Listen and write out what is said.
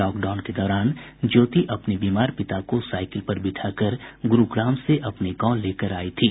lockdown के दौरान ज्योति अपने बीमार पिता को साईकिल पर बिठकार गुरूग्राम से अपने गांव लेकर आयी थी